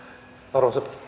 arvoisa